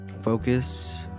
Focus